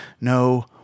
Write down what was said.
No